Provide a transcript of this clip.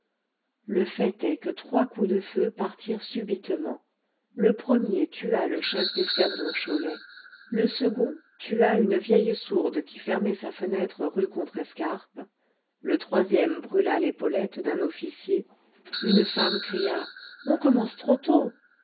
le fait est que trois coups de feu partirent subitement le premier tua le chef d'escadron cholet le second tua une vieille sourde qui fermait sa fenêtre rue contrescarpe le troisième brûla l'épaulette d'un officier une femme cria on commence trop tôt